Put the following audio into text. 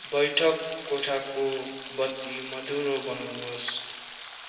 बैठक कोठाको बत्ती मधुरो बनाउनुहोस्